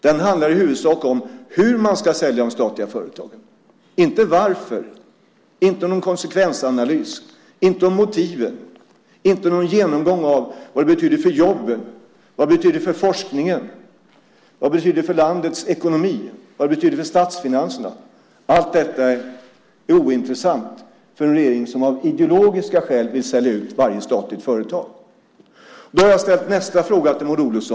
Den handlar i huvudsak om hur man ska sälja statliga företag, inte varför. Den handlar inte om någon konsekvensanalys, inte om motivet. Den har ingen genomgång av vad det betyder för jobben, för forskningen, för landets ekonomi och för statsfinanserna. Allt detta är ointressant för en regering som av ideologiska skäl vill säja ut varje statligt företag. Jag har ställt ännu en fråga till Maud Olofsson.